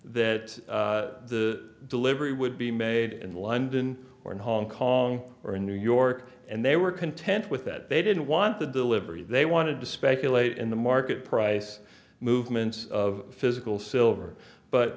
that the delivery would be made in london or in hong kong or in new york and they were content with that they didn't want the delivery they wanted to speculate in the market price movements of physical silver but